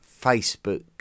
Facebook